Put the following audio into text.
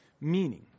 meaning